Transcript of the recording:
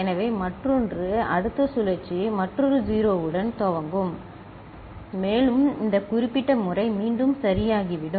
எனவே மற்றொன்று அடுத்த சுழற்சி மற்றொரு 0 உடன் தொடங்கும் மேலும் இந்த குறிப்பிட்ட முறை மீண்டும் சரியாகிவிடும்